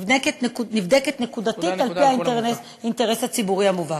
נבדקת נקודתית על-פי האינטרס הציבורי המובהק.